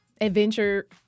adventure